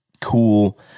cool